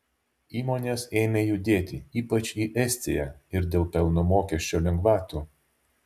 įmonės ėmė judėti ypač į estiją ir dėl pelno mokesčio lengvatų